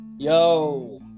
Yo